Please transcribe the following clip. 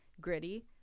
Gritty